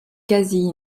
quasi